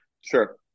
sure